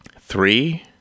three